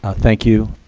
ah thank you,